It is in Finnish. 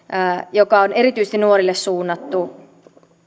joka on erityisesti nuorille suunnattu